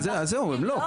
זהו, הם לא.